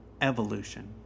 evolution